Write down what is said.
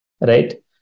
right